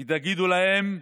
ותגידו להם: